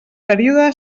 període